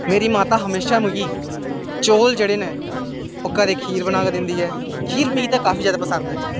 मेरी माता हमेशा मिगी चौल जेह्ड़े न ओह् कदें खीर बना के दिंदी ऐ खीर मिगी ते काफी जैदा पसंद ऐ